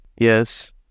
Yes